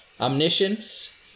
omniscience